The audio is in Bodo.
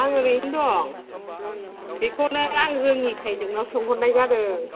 आं ओरैनो दं बेखौनो आं रोङैखाय नोंनाव सोंहरनाय जादों